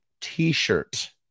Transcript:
T-shirt